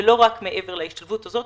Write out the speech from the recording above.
ולא רק מעבר להשתלבות הזאת.